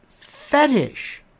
fetish